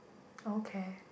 okay